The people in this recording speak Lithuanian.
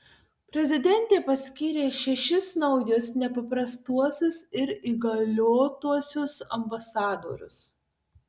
prezidentė paskyrė šešis naujus nepaprastuosius ir įgaliotuosiuos ambasadorius